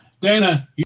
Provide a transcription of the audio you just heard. Dana